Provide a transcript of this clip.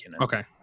Okay